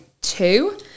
two